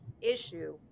issue